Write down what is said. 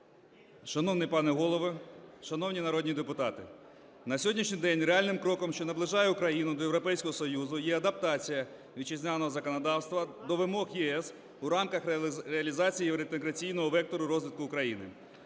Шановний пане Голово, шановні народні депутати! На сьогоднішній день реальним кроком, що наближає Україну до Європейського Союзу, є адаптація вітчизняного законодавства до вимог ЄС у рамках реалізації євроінтеграційного вектору розвитку України.